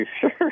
sure